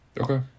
Okay